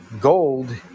gold